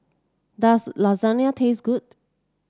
does Lasagna taste good